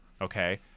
Okay